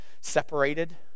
separated